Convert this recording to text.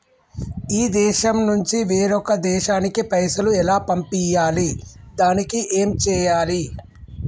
ఈ దేశం నుంచి వేరొక దేశానికి పైసలు ఎలా పంపియ్యాలి? దానికి ఏం చేయాలి?